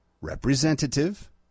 representative